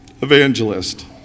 evangelist